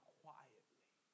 quietly